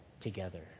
together